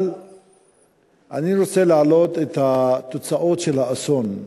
אבל אני רוצה להעלות את התוצאות של האסון.